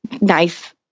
nice